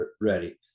ready